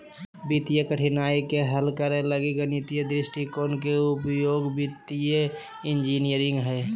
वित्तीय कठिनाइ के हल करे लगी गणितीय दृष्टिकोण के उपयोग वित्तीय इंजीनियरिंग हइ